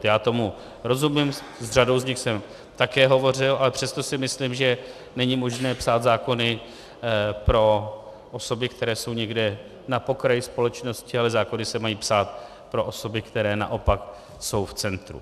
Já tomu rozumím, s řadou z nich jsem také hovořil, ale přesto si myslím, že není možné psát zákony pro osoby, které jsou někde na okraji společnosti, ale zákony se mají psát pro osoby, které naopak jsou v centru.